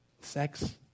Sex